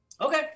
Okay